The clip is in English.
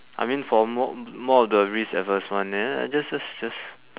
I mean for more more of the risk adverse one ya just just just